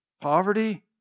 Poverty